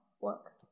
work